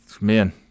Man